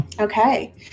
Okay